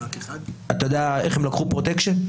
אתה יודע איך הם לקחו פרוטקשן?